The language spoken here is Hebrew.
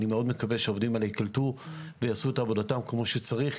אני מאוד מקווה שהעובדים האלה ייקלט ויעשו את עבודתם כמו שצריך,